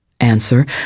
Answer